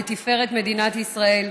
לתפארת מדינת ישראל.